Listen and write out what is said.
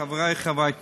חברי חברי הכנסת,